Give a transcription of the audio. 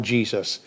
Jesus